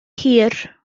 hir